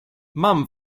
mam